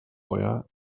feuer